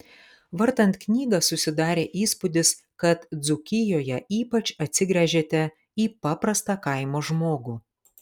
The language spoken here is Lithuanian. vartant knygą susidarė įspūdis kad dzūkijoje ypač atsigręžėte į paprastą kaimo žmogų